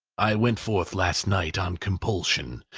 i went forth last night on compulsion,